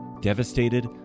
devastated